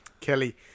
Kelly